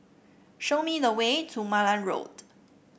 show me the way to Malan Road